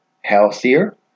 healthier